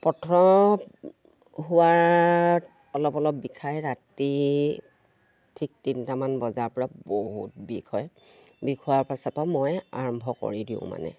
হোৱাৰ অলপ অলপ বিষায় ৰাতি ঠিক তিনিটামান বজাৰ পৰা বহুত বিষ হয় বিষ হোৱাৰ পাছত মই আৰম্ভ কৰি দিওঁ মানে